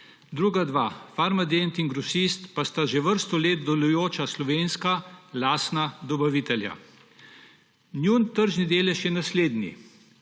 Druga dva, Farmadent in Grosist pa sta že vrsto let delujoča slovenska, lastna dobavitelja. Njun tržni delež je naslednji: